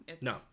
No